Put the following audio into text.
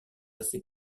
assez